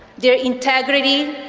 their integrity,